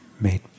made